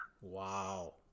Wow